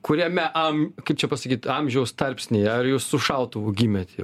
kuriame am kaip čia pasakyt amžiaus tarpsnyje ar jūs su šautuvu gimėt jau